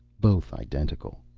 both identical.